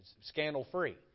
scandal-free